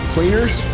Cleaners